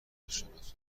ناشناس